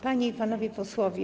Panie i Panowie Posłowie!